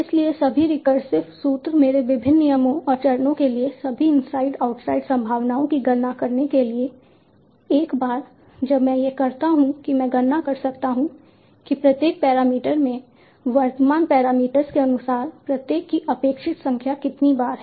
इसलिए सभी रिकरसिव सूत्र मेरे विभिन्न नियमों और चरणों के लिए सभी इनसाइड आउटसाइड संभावनाओं की गणना करने के लिए एक बार जब मैं यह करता हूं कि मैं गणना कर सकता हूं कि प्रत्येक पैरामीटर में वर्तमान पैरामीटर्स के अनुसार प्रत्येक की अपेक्षित संख्या कितनी बार है